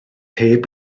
heb